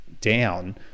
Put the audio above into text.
down